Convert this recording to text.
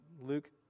Luke